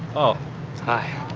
oh hi